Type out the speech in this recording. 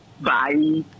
Bye